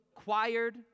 acquired